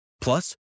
Plus